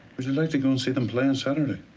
you like to go and see them play on saturday?